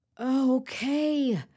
Okay